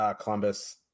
Columbus